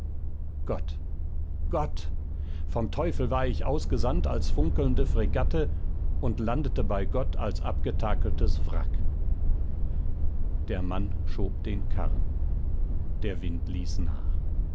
gott gott vom teufel war ich ausgesandt als funkelnde fregatte und landete bei gott als abgetakeltes wrack der mann schob den karren der wind ließ nach